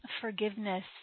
forgiveness